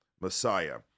Messiah